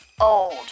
old